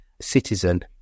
citizen